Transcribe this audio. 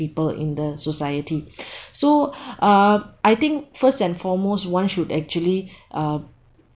people in the society so uh I think first and foremost one should actually uh